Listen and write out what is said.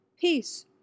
Peace